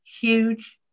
huge